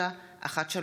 4913,